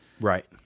right